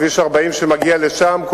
כביש 40 שמגיע לשם,